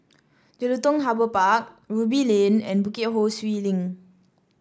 Jelutung Harbour Park Ruby Lane and Bukit Ho Swee Link